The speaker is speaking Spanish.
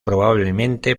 probablemente